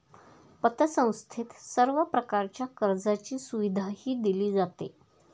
पतसंस्थेत सर्व प्रकारच्या कर्जाची सुविधाही दिली जाते